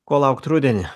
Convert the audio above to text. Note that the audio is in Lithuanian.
ko laukt rudenį